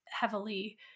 heavily